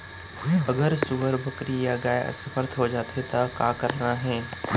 अगर सुअर, बकरी या गाय असमर्थ जाथे ता का करना हे?